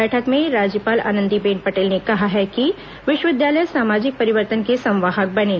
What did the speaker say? बैठक में राज्यपाल आनंदीबेन पटेल ने कहा है कि विष्वविद्यालय सामाजिक परिवर्तन के संवाहक बनें